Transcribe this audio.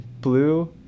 blue